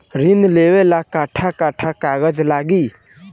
ऋण लेवेला कट्ठा कट्ठा कागज लागी?